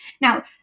Now